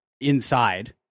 inside